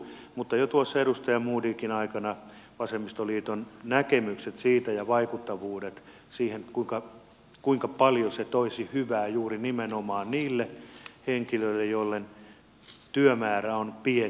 mutta jo tuossa edustaja modigin puheenvuoron aikana tulivat esiin vasemmistoliiton näkemykset siitä ja vaikuttavuudet siihen kuinka paljon se toisi hyvää nimenomaan niille henkilöille joiden työmäärä on pieni